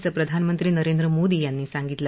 असं प्रधानमंत्री नरेंद्र मोदी यांनी सांगितलं